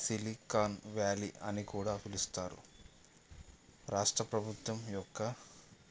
silicon Valley అని కూడా పిలుస్తారు రాష్ట్ర ప్రభుత్వం యొక్క